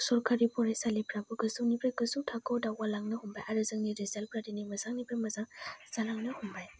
सरकारि फरायसालिफ्राबो गोजौनिफ्राय गोजौ थाखोआव दावगालांनो हमबाय आरो जोंनि रिजाल्टफ्रा दिनै मोजांनिफ्राय मोजां जालांनो हमबाय